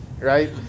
Right